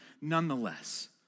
nonetheless